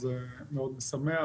זה מאוד משמח,